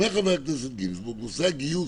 אומר חבר הכנסת גינזבורג שנושא הגיוס